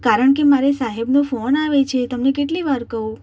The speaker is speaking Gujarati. કારણ કે મારે સાહેબનો ફોન આવે છે તમને કેટલી વાર કહું